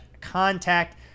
contact